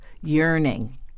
yearning